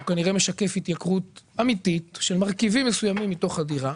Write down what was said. והוא כנראה משקף התייקרות אמיתית של מרכיבים מסוימים בתוך הדירה,